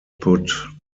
put